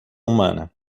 humana